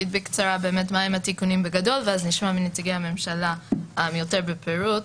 בקצרה מה התיקונים בגדול ואז נשמע את נציגי הממשלה ביתר פירוט.